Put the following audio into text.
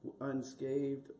unscathed